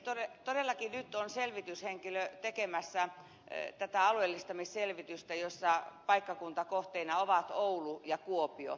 todellakin nyt on selvityshenkilö tekemässä tätä alueellistamisselvitystä jossa paikkakuntakohteina ovat oulu ja kuopio